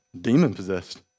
demon-possessed